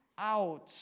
out